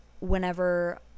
whenever